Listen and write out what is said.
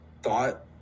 thought